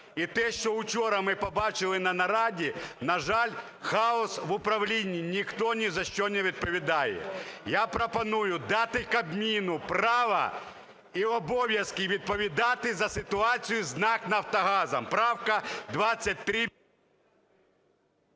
і те, що вчора ми побачили на нараді, на жаль, хаос в управлінні. Ніхто ні за що не відповідає. Я пропоную дати Кабміну право і обов'язки відповідати за ситуацію з НАК "Нафтогазом" Правка 23…